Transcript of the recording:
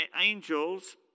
angels